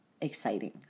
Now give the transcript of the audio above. exciting